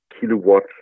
kilowatt